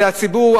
זה הציבור,